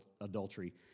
adultery